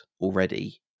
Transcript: already